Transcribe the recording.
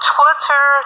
Twitter